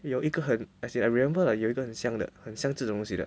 有一个很 as in I remember like 有一个很香的很像这种东西的